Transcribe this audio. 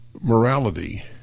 morality